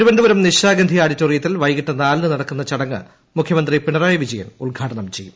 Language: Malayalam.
തിരുവനന്തപുരം നിശ്രാഗിന്ധി ഓഡിറ്റോറിയത്തിൽ വൈകിട്ട് നാലിന് പ്രസ്ടക്കുന്ന ചടങ്ങ് മുഖ്യമന്ത്രി പിണറായി വിജയ്ൻ ഉദ്ഘാടനം ചെയ്യും